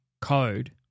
code